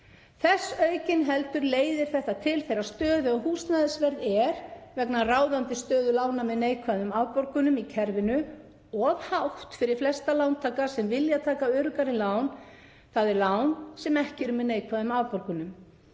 Þess aukinheldur leiðir þetta til þeirrar stöðu að húsnæðisverð er, vegna ráðandi stöðu lána með neikvæðum afborgunum í kerfinu, of hátt fyrir flesta lántaka sem vilja taka öruggari lán, þ.e. lán sem ekki eru með neikvæðum afborgunum.